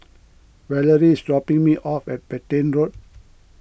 Valerie is dropping me off at Petain Road